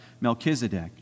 Melchizedek